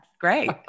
Great